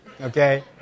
okay